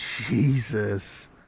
Jesus